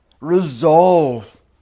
resolve